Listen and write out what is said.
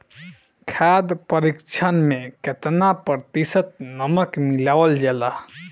खाद्य परिक्षण में केतना प्रतिशत नमक मिलावल जाला?